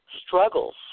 struggles